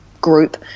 group